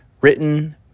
written